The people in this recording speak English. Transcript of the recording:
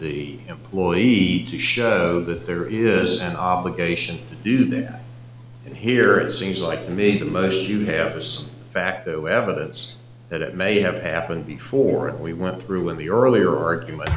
the employee to show that there is an obligation to be there and here it seems like to me the most you have is facto evidence that it may have happened before and we went through with the earlier argument